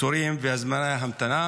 תורים וזמני המתנה,